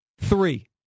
Three